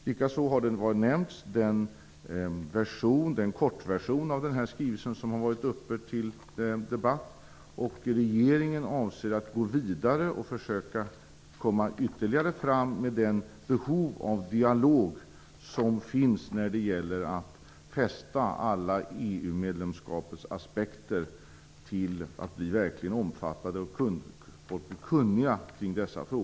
Likaså har den kortversion av den här skrivelsen som har varit uppe till debatt nämnts. Regeringen avser att gå vidare och försöka komma längre vad gäller det behov av dialog som finns när det gäller att öka allmänhetens kunskaper om alla EU medlemskapets aspekter.